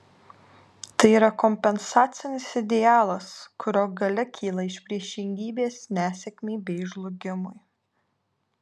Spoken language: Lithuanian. tai yra kompensacinis idealas kurio galia kyla iš priešingybės nesėkmei bei žlugimui